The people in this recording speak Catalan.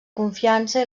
confiança